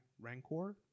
Rancor